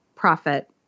Profit